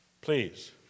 please